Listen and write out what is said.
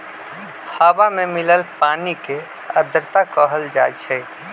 हवा में मिलल पानी के आर्द्रता कहल जाई छई